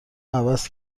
عوض